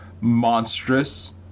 monstrous